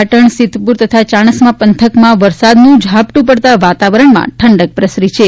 પાટણ સિદ્ધપુર તથા ચાણસ્મા પંથકમાં વરસાદનું ઝાપટું પડતા વાતાવરણમાં ઠંડક પ્રસરી છે